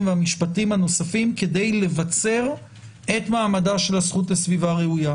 והמשפטיים הנוספים כדי לבצר את מעמדה של הזכות לסביבה ראויה.